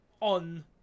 on